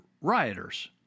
rioters